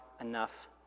enough